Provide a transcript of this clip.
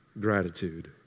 gratitude